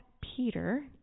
Peter